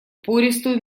пористую